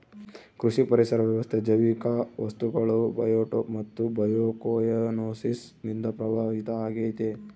ಕೃಷಿ ಪರಿಸರ ವ್ಯವಸ್ಥೆ ಜೈವಿಕ ವಸ್ತುಗಳು ಬಯೋಟೋಪ್ ಮತ್ತು ಬಯೋಕೊಯನೋಸಿಸ್ ನಿಂದ ಪ್ರಭಾವಿತ ಆಗೈತೆ